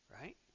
right